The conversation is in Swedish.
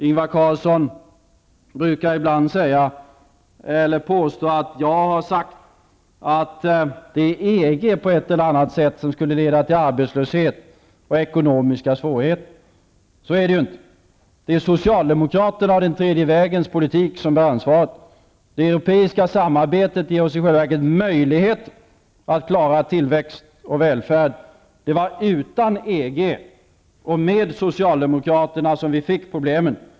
Ingvar Carlsson påstår ibland att jag har sagt att EG på ett eller annat sätt skulle leda till arbetslöshet och ekonomiska svårigheter. Så är det ju inte. Det är Socialdemokraterna och den tredje vägens politik som bär ansvaret. Det europeiska samarbetet ger oss i själva verket möjligheter att klara tillväxt och välfärd. Det var utan EG och med Socialdemokraterna som vi fick problemen.